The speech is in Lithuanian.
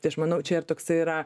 tai aš manau čia ir toks yra